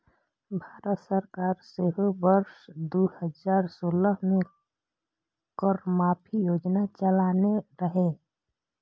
भारत सरकार सेहो वर्ष दू हजार सोलह मे कर माफी योजना चलेने रहै